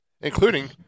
including